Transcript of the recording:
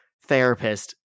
therapist